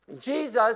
Jesus